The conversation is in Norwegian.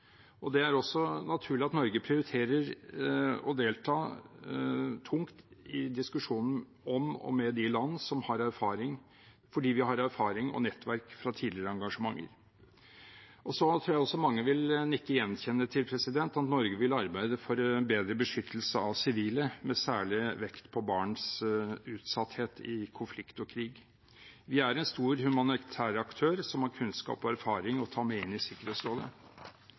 Det er også naturlig at Norge prioriterer å delta tungt i diskusjonen om og med de landene, for vi har erfaring og nettverk fra tidligere engasjementer. Jeg tror også at mange vil nikke gjenkjennende til at Norge vil arbeide for en bedre beskyttelse av sivile, med særlig vekt på barns utsatthet i konflikt og krig. Vi er en stor humanitær aktør som har kunnskap og erfaring å ta med inn i Sikkerhetsrådet.